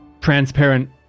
transparent